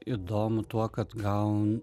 įdomu tuo kad gal